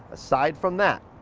aside from that,